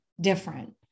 different